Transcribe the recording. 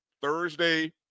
Thursday